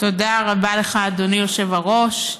תודה רבה לך, אדוני היושב-ראש.